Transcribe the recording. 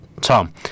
Tom